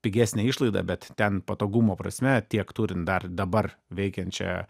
pigesnė išlaida bet ten patogumo prasme tiek turint dar dabar veikiančią